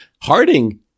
Harding